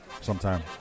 sometime